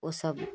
उ सब